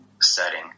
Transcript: setting